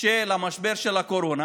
של משבר הקורונה